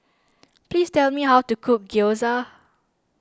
please tell me how to cook Gyoza